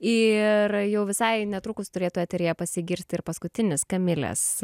ir jau visai netrukus turėtų eteryje pasigirti ir paskutinis kamilės